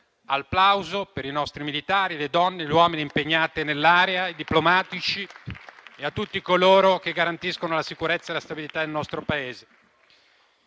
al plauso per i nostri militari, le donne e gli uomini impegnati nell'area, i diplomatici e a tutti coloro che garantiscono la sicurezza e la stabilità del nostro Paese.